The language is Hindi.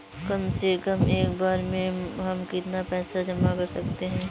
कम से कम एक बार में हम कितना पैसा जमा कर सकते हैं?